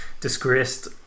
disgraced